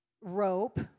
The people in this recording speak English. rope